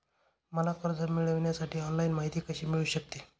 मला कर्ज मिळविण्यासाठी ऑनलाइन माहिती कशी मिळू शकते?